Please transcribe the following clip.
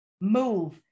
move